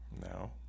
No